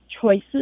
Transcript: choices